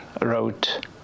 wrote